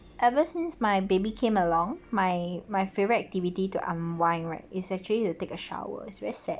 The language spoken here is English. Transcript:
ever since my baby came along my my favorite activity to unwind right is actually to take a shower it's very sad